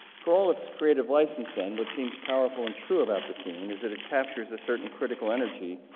for all it's creative license. then, what seems powerful and true about the scene is that it captures a certain critical energy,